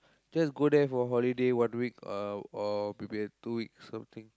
just go there for holiday one week uh or maybe two weeks something